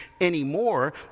anymore